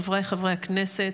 חבריי חברי הכנסת,